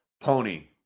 Pony